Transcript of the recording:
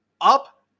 up